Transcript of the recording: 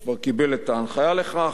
הוא כבר קיבל את ההנחיה לכך.